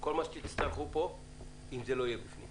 וכל מה שתצטרכו פה אם זה לא יהיה בפנים.